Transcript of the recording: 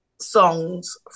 songs